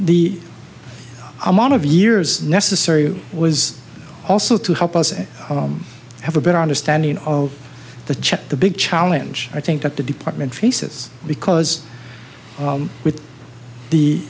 the amount of years necessary was also to help us and have a better understanding of the chap the big challenge i think that the department faces because with the